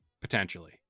potentially